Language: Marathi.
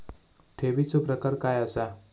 ठेवीचो प्रकार काय असा?